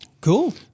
Cool